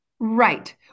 Right